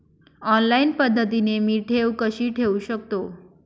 Online पद्धतीने मी ठेव कशी ठेवू शकतो?